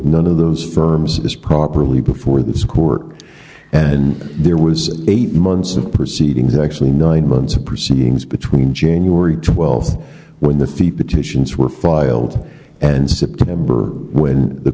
none of those firms is properly before the court and there was eight months of proceedings that actually nine months of proceedings between january twelfth when the three petitions were filed and september when the